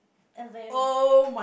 and then